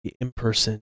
in-person